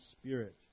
Spirit